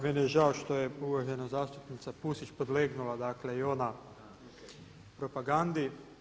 Meni je žao što je uvažena zastupnica Pusić podlegnula dakle i ona propagandi.